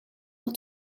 wel